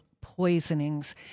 poisonings